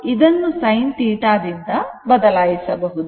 ಇದನ್ನು sin θ ದಿಂದ ಬದಲಾಯಿಸಬಹುದು